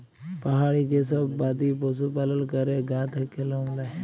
পাহাড়ি যে সব বাদি পশু লালল ক্যরে গা থাক্যে লম লেয়